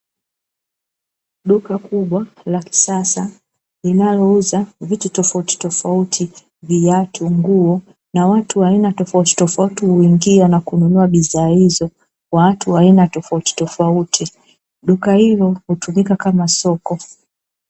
Duka kubwa la kisasa linalouza vitu tofautitofauti viatu, nguo na watu wa aina tofautitofauti huingia na kununua bidhaa hizo, watu wa aina tofautitofauti duka hilo hutumika kama soko.